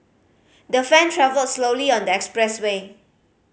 the fan travelled slowly on the expressway